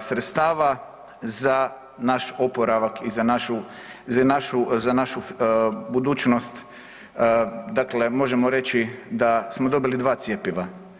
sredstava za naš oporavak i za našu, za našu, za našu budućnost, dakle, možemo reći da smo dobili dva cjepiva.